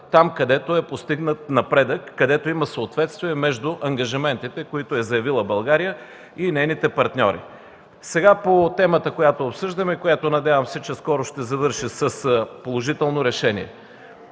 къде е постигнат напредък, къде има съответствие между ангажиментите, които е заявила България, и нейните партньори. Сега по темата, която обсъждаме и която, надявам се, скоро ще завърши с положително решение.